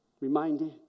reminding